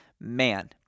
man